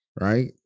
right